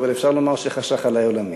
אבל אפשר לומר שחשך עלי עולמי.